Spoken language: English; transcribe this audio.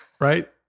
right